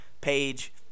page